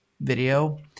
video